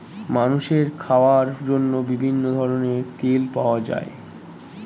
মানুষের খাওয়ার জন্য বিভিন্ন ধরনের তেল পাওয়া যায়